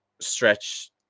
stretch